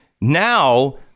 Now